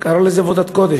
קרא לזה עבודת קודש.